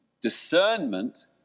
Discernment